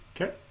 okay